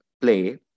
play